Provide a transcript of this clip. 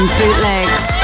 bootlegs